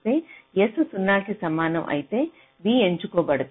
S 0 కి సమానం అయితే V ఎంచుకోబడుతుంది